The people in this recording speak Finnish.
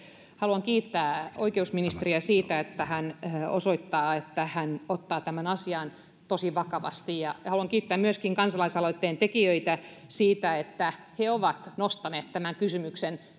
haluan kiittää oikeusministeriä siitä että hän osoittaa että hän ottaa tämän asian tosi vakavasti haluan kiittää myöskin kansalaisaloitteen tekijöitä siitä että he ovat nostaneet tämän kysymyksen